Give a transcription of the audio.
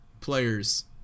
players